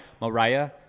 Mariah